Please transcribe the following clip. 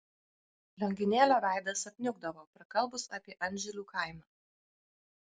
lionginėlio veidas apniukdavo prakalbus apie anžilių kaimą